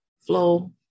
flow